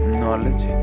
knowledge